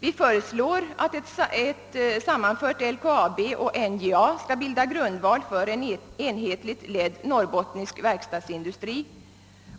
Vi föreslår att ett sammanfört LKAB och NJA skall bilda grunden för en enhetligt ledd norrbottnisk verkstadsindustri,